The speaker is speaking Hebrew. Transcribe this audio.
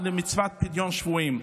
למצוות פדיון שבויים.